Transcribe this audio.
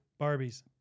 Barbies